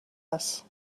است